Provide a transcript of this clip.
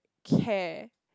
care